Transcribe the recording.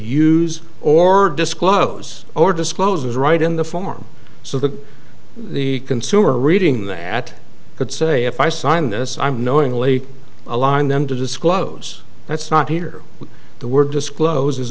use or disclose or disclose is right in the form so that the consumer reading that could say if i sign this i'm knowingly aligned them to disclose that's not here with the word disclose is